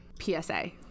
PSA